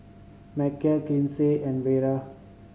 Macel Kinsey and Vera